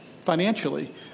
financially